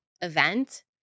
event